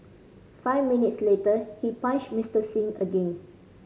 five minutes later he punched Mister Singh again